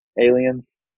aliens